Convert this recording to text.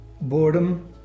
boredom